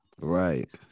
Right